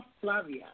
Flavia